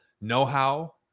know-how